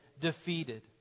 defeated